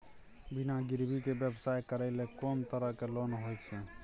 बिना गिरवी के व्यवसाय करै ले कोन तरह के लोन होए छै?